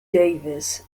davis